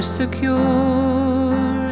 secure